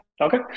Okay